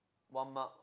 one mark